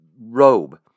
robe